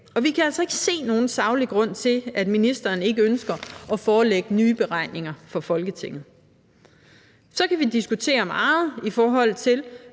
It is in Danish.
Og vi kan altså ikke se nogen saglig grund til, at ministeren ikke ønsker at forelægge nye beregninger for Folketinget. Så kan vi diskutere meget, hvorfor det